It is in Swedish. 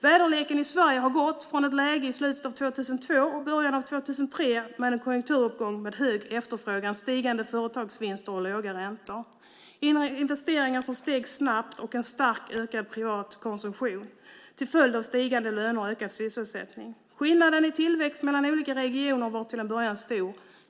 Väderleken i Sverige har gått från ett läge i slutet av 2002 och början av 2003 med en konjunkturuppgång med hög efterfrågan, stigande företagsvinster och låga räntor med investeringar som steg snabbt och en starkt ökad privat konsumtion till följd av stigande löner och ökad sysselsättning. Skillnaden i tillväxt mellan olika regioner var till en början stor.